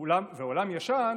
ועולם ישן,